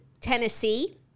Tennessee